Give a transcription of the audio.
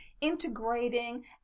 integrating